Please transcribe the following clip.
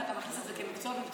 אם אתה מכניס את זה כמקצוע במצוקה,